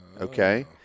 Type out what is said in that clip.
Okay